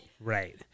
Right